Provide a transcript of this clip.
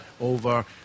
over